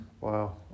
Wow